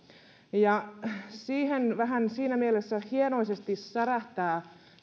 ja vähän siinä mielessä hienoisesti särähtävät